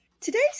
Today's